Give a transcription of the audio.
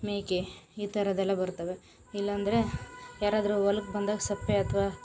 ಮೇಕೆ ಈ ಥರದ್ದೆಲ್ಲ ಬರ್ತವೆ ಇಲ್ಲಾಂದ್ರೆ ಯಾರಾದರು ಹೊಲಕ್ಕೆ ಬಂದಾಗ ಸಪ್ಪೆ ಅಥ್ವಾ